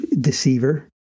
deceiver